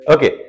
Okay